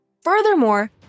Furthermore